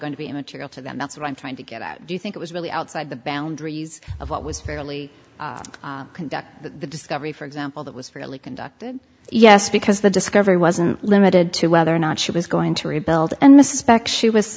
going to be material to them that's what i'm trying to get out do you think it was really outside the boundaries of what was fairly conduct the discovery for example that was really conducted yes because the discovery wasn't limited to whether or not she was going to rebuild and the suspect she was